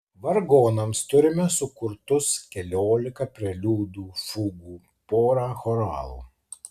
vargonams turime sukurtus keliolika preliudų fugų porą choralų